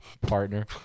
partner